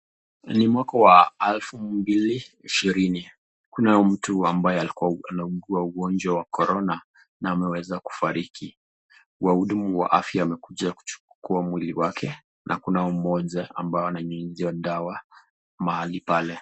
Ni mwaka wa elfu mbili ishirini. Kuna mtu ambaye alikuwa anaugua ugonjwa wa korona na ameweza kufariki. Wahudumu wa afya wamekuja kuchukua mwili wake na kuna huyu mmoja ambaye ananyunyuzia dawa mahali pale.